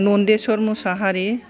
Nandeswar Mosahary